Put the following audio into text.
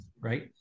right